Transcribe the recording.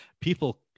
people